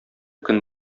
көн